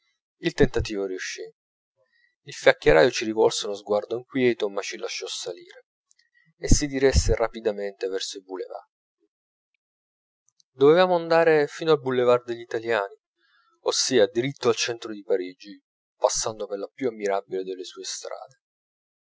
il tentativo riuscì il fiaccheraio ci rivolse uno sguardo inquieto ma ci lasciò salire e si diresse rapidamente verso i boulevards dovevamo andare fino al boulevard degli italiani ossia diritti al centro di parigi passando per la più ammirabile delle sue strade